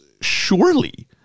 surely